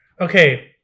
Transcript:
Okay